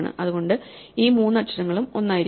അതുകൊണ്ട് ഈ മൂന്ന് അക്ഷരങ്ങളും ഒന്നായിരിക്കണം